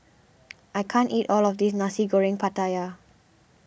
I can't eat all of this Nasi Goreng Pattaya